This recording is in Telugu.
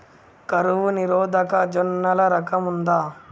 కరువు నిరోధక జొన్నల రకం ఉందా?